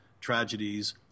tragedies